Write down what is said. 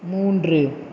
மூன்று